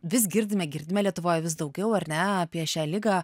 vis girdime girdime lietuvoje vis daugiau ar ne apie šią ligą